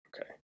okay